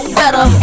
better